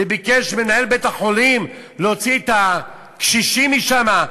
וביקש מנהל בית-החולים להוציא את הקשישים משם,